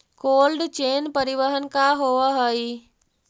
Cold chain परिवहन का होव हइ?